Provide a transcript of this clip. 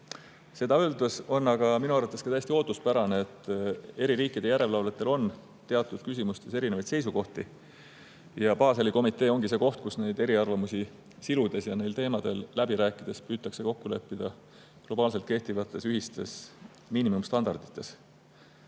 Samas on minu arvates täiesti ootuspärane, et eri riikide järelevalvetel on teatud küsimustes erinevaid seisukohti. Baseli komitee ongi see koht, kus neid eriarvamusi siludes ja neil teemadel läbi rääkides püütakse kokku leppida globaalselt kehtivates ühistes miinimumstandardites.